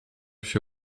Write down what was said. się